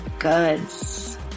Goods